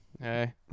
Hey